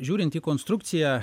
žiūrint į konstrukciją